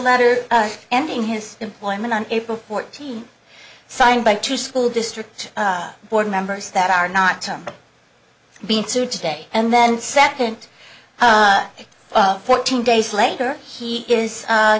letter ending his employment on april fourteenth signed by two school district board members that are not being sued today and then second fourteen days later he is